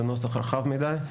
זה נוסח רחב מדי.